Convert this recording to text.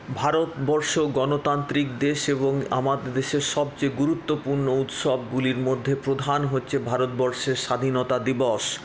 ভারতবর্ষ গণতান্ত্রিক দেশ এবং আমার দেশের সবচেয়ে গুরুত্বপূর্ণ উৎসবগুলির মধ্যে প্রধান হচ্ছে ভারতবর্ষের স্বাধীনতা দিবস